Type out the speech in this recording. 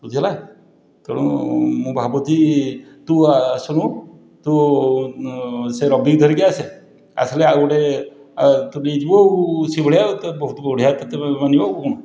ବୁଝିହେଲା ତେଣୁ ମୁଁ ଭାବୁଛି ତୁ ଆସୁନୁ ତୁ ସେ ରବି କି ଧରିକି ଆସେ ଆସିଲେ ଆଉ ଗୋଟେ ତୁ ବି ଯିବୁ ସେଭଳିଆ ଆଉ ତୋତେ ବହୁତ ବଢ଼ିଆ ତୋତେ ମାନିବ ଆଉ କ'ଣ